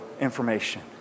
information